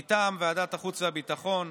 מטעם ועדת החוץ והביטחון,